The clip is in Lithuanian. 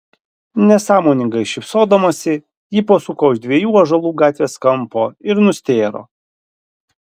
nesąmoningai šypsodamasi ji pasuko už dviejų ąžuolų gatvės kampo ir nustėro